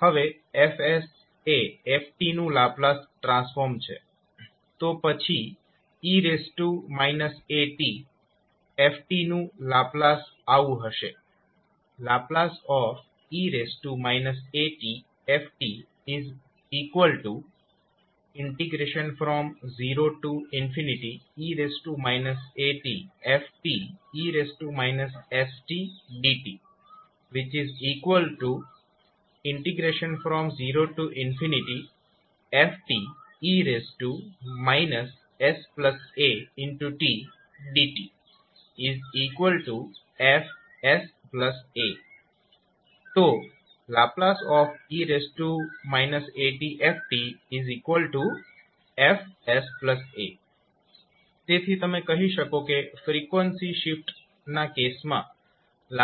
હવે 𝐹𝑠 એ 𝑓𝑡 નું લાપ્લાસ ટ્રાન્સફોર્મ છે તો પછી 𝑒−𝑎𝑡𝑓𝑡 નું લાપ્લાસ આવું હશે ℒ e at f0e at fe st dt 0 fe sat dt Fsa ℒ e at f Fsa તેથી તમે કહી શકો છો કે ફ્રીકવન્સી શીફ્ટના કેસમાં ℒ